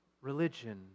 religion